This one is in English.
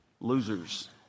Losers